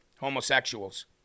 homosexuals